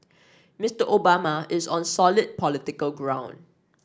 Mister Obama is on solid political ground